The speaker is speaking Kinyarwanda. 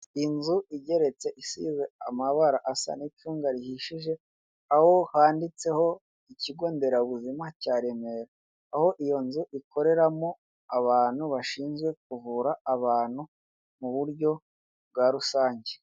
Inzu igeretse isize amabara asa n'icunga rihishije, aho handitseho ikigonderabuzima cya Remera. Aho iyo nzu ikoreramo abantu bashinzwe kuvura abantu mu buryo bwa rusange.